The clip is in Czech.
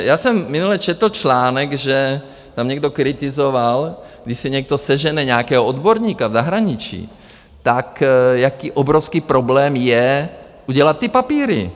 Já jsem minule četl článek, že tam někdo kritizoval, když si někdo sežene nějakého odborníka v zahraničí, jaký obrovský problém je udělat ty papíry.